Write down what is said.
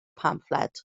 pamffled